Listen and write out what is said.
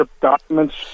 documents